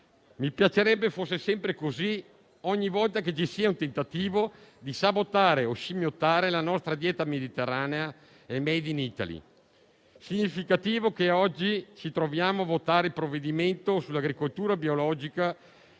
Mi piacerebbe fosse sempre così ogni volta che c'è un tentativo di sabotare o scimmiottare la nostra dieta mediterranea e il *made in Italy*. È significativo che oggi ci troviamo a votare il provvedimento sull'agricoltura biologica,